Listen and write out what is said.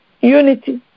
Unity